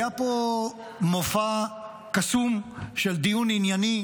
היה פה מופע קסום של דיון ענייני,